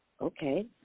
Okay